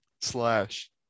slash